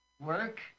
Work